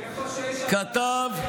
איפה שיש הגבלת קדנציות?